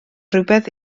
rhywbeth